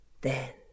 Then